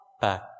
back